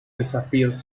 desafíos